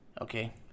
Okay